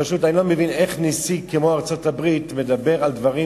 אני פשוט לא מבין איך נשיא כמו נשיא ארצות-הברית מדבר על דברים,